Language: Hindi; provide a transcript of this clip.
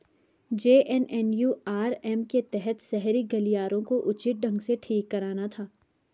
जे.एन.एन.यू.आर.एम के तहत शहरी गलियारों को उचित ढंग से ठीक कराना था